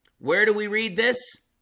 where do we read this?